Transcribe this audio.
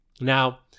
Now